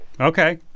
Okay